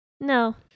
No